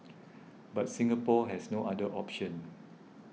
but Singapore has no other option